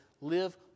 live